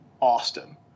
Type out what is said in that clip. Austin